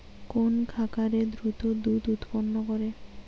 কোন খাকারে দ্রুত দুধ উৎপন্ন করে?